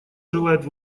желает